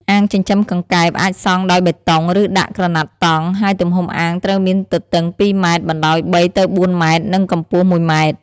អាងចិញ្ចឹមកង្កែបអាចសង់ដោយបេតុង ឬដាក់ក្រណាត់តង់ ហើយទំហំអាងត្រូវមានទទឹង ២ ម៉ែត្រ បណ្ដោយ ៣ ទៅ ៤ ម៉ែត្រ និងកម្ពស់ ១ ម៉ែត្រ។